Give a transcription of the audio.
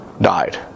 died